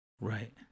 Right